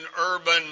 urban